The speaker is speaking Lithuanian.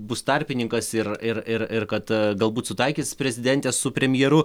bus tarpininkas ir ir ir ir kad galbūt sutaikys prezidentę su premjeru